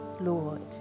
Lord